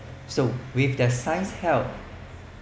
so with the science help